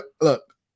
look